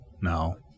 no